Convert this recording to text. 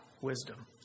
wisdom